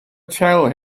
tell